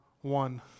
one